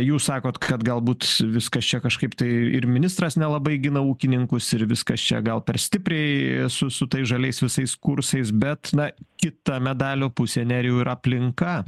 jūs sakot kad galbūt viskas čia kažkaip tai ir ministras nelabai gina ūkininkus ir viskas čia gal per stipriai su su tais žaliais visais kursais bet na kita medalio pusė nerijau yra aplinka